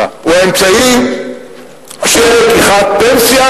ואחד האמצעים שאני לא רוצה לנקוט הוא האמצעי של לקיחת פנסיה,